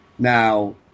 Now